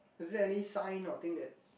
is it any sign or thing that